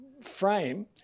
frame